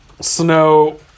snow